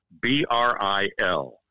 B-R-I-L